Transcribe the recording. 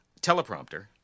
teleprompter